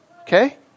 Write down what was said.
Okay